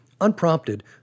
Unprompted